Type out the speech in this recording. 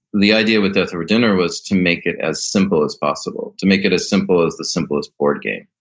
the idea with death over dinner was to make it as simple as possible, to make it as simple as the simplest board game.